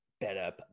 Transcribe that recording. better